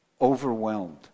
overwhelmed